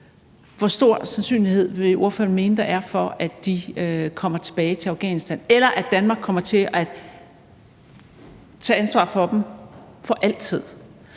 Hvor stor sandsynlighed vil ordføreren mene der er for, at de kommer tilbage til Afghanistan – eller at Danmark kommer til at tage ansvar for dem for altid?